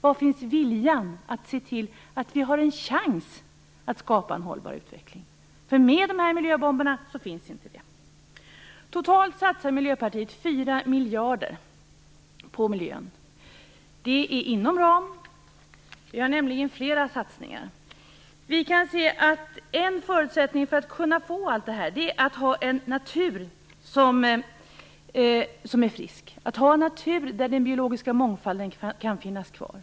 Var finns viljan att se till att vi har en chans att skapa en hållbar utveckling? Med dessa miljöbomber finns inte den chansen. Totalt satsar Miljöpartiet 4 miljarder kronor på miljön. Det är inom budgetramen. Vi föreslår nämligen flera satsningar. En förutsättning för att få allt detta är en natur som är frisk - en natur där den biologiska mångfalden kan finnas kvar.